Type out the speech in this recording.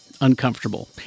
uncomfortable